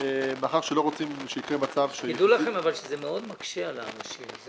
מאחר ולא רוצים שיקרה מצב -- תדעו לכם אבל שזה מאוד מקשה על האנשים.